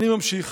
אני ממשיך.